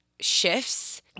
shifts